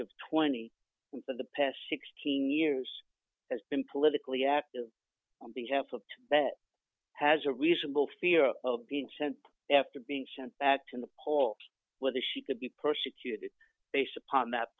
of twenty for the past sixteen years has been politically active on behalf of tibet has a reasonable fear of being sent after being sent back to the poll whether she could be persecuted based upon that